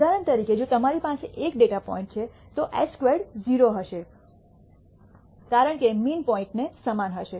ઉદાહરણ તરીકે જો તમારી પાસે એક ડેટા પોઇન્ટ છે તો એસ સ્ક્વેર્ડ 0 હશે કારણ કે મીન પૉઇન્ટ ને સમાન હશે